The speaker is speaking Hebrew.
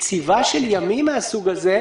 שקציבה של ימים מהסוג הזה,